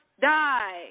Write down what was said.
die